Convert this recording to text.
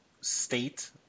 state